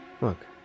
Look